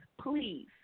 please